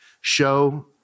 Show